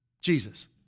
Jesus